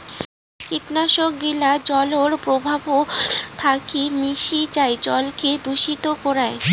কীটনাশক গিলা জলর প্রবাহর সাথি মিশি যাই জলকে দূষিত করাং